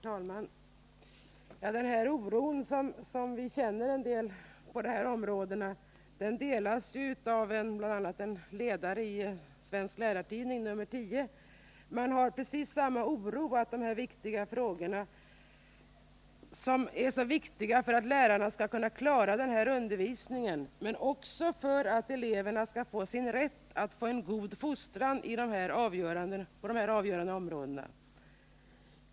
Herr talman! Den oro som vi känner när det gäller denna fortbildning delas bl.a. i en ledare i Lärartidningen nr 10. Man hyser samma oro för dessa frågor, som är så viktiga för att lärarna skall klara denna undervisning men också för elevernas rätt att få en god fostran på dessa avgörande områden.